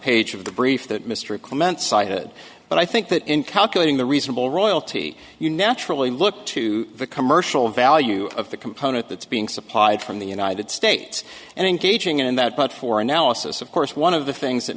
page of the brief that mr clement cited but i think that in calculating the reasonable royalty you naturally look to the commercial value of the component that's being supplied from the united states and engaging in that but for analysis of course one of the things that